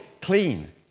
clean